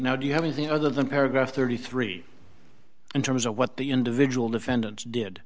now do you have anything other than paragraph thirty three in terms of what the individual defendant did